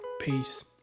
Peace